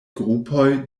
grupoj